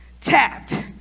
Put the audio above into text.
tapped